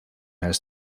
has